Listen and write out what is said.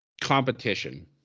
competition